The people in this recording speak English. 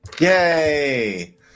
Yay